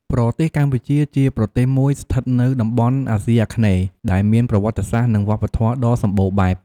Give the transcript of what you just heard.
ប្រទេសកម្ពុជា ជាប្រទេសមួយស្ថិតនៅតំបន់អាស៊ីអាគ្នេយ៍ ដែលមានប្រវត្តិសាស្ត្រ និងវប្បធម៌ដ៏សម្បូរបែប។